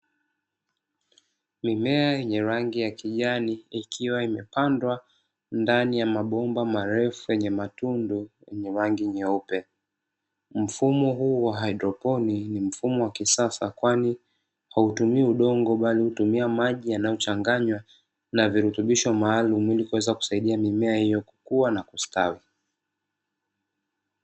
Mimea yenye rangi ya kijani ikiwa imepandwa ndani ya mabomba marefu yenye matundu yenye rangi nyeupe. Mfumo huu wa haidroponi ni mfumo wa kisasa kwani hautumii udongo bali hutumia maji yanayo changanywa na virutubisho maalum ili kuweza kusaidia mimea hiyo kukua na kustawi.